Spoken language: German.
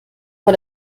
vor